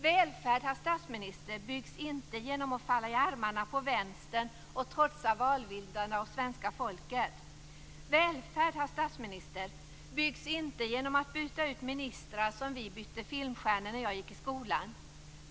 Välfärd, herr statsminister, byggs inte genom att man faller i armarna på Vänstern och trotsar valvindarna och svenska folket. Välfärd, herr statsminister, byggs inte genom att man byter ut ministrar som vi bytte filmstjärnor när jag gick i skolan.